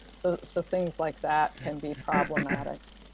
so so things like that can be problematic